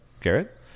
Garrett